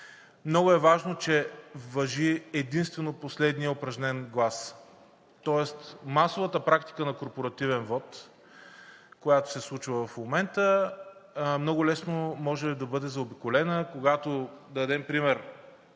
Много е важно, че важи единствено последният упражнен глас. Тоест масовата практика на корпоративен вот, която се случва в момента, много лесно може да бъде заобиколена, когато дадем пример